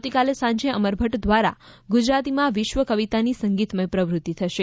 આવતીકાલે સાંજે અમરભદ દ્વારા ગુજરાતીમાં વિશ્વ કવિતાની સંગીતમય પ્રવૃતિ થશે